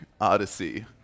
odyssey